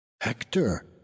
Hector